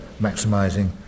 maximising